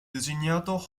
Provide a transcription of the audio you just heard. designato